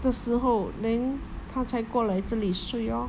的时候 then 她才过来这里睡 lor